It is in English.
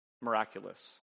miraculous